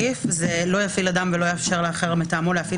"לא יפעיל אדם ולא יאפשר לאחר מטעמו להפעיל